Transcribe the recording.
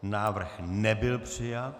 Návrh nebyl přijat.